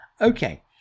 Okay